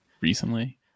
recently